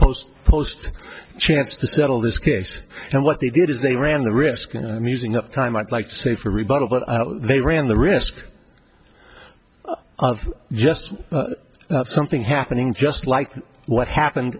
post post chance to settle this case and what they did is they ran the risk and i'm using up time i'd like to say for rebuttal but they ran the risk of just something happening just like what happened